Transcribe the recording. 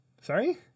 sorry